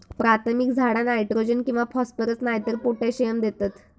प्राथमिक झाडा नायट्रोजन किंवा फॉस्फरस नायतर पोटॅशियम देतत